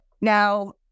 Now